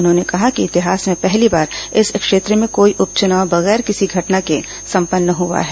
उन्होंने कहा कि इतिहास में पहली बार इस क्षेत्र में कोई उप चुनाव बगैर किसी घटना के संपन्न हआ है